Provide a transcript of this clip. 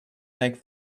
make